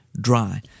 dry